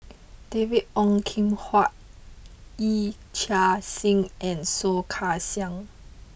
David Ong Kim Huat Yee Chia Hsing and Soh Kay Siang